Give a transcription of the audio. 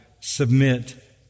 submit